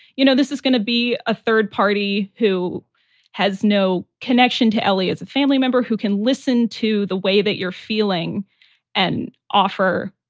you know, this is going to be a third party who has no connection to ellie as a family member, who can listen to the way that you're feeling and offer,